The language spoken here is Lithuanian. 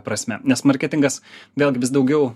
prasme nes marketingas vėlgi vis daugiau